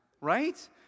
Right